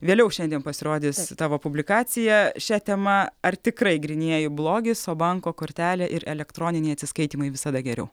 vėliau šiandien pasirodys tavo publikacija šia tema ar tikrai grynieji blogis o banko kortelė ir elektroniniai atsiskaitymai visada geriau